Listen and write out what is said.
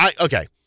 okay